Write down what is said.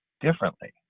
differently